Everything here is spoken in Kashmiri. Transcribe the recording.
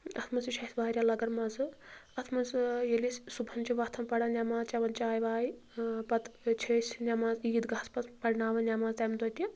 اَتھ منٛز تہِ چھُ اَسہِ واریاہ لَگَان مَزٕ اَتھ منٛز ییٚلہِ أسۍ صُبحَن چھِ ووٚتھان پران نٮ۪ماز چٮ۪وان چاے واے پَتہٕ چھِ أسۍ نٮ۪ماز عیٖد گاہَس منٛز پَرناوان نٮ۪ماز تَمہِ دۄہ تہِ